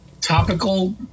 Topical